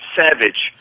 savage